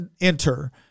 enter